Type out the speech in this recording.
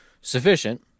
sufficient